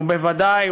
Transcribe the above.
ובוודאי,